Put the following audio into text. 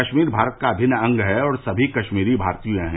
कश्मीर भारत का अभिन्न अंग है और सभी कश्मीरी भारतीय हैं